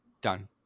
Done